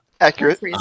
Accurate